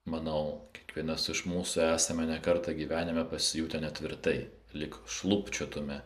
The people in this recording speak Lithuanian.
manau kiekvienas iš mūsų esame ne kartą gyvenime pasijutę netvirtai lyg šlubčiotume